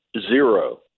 Zero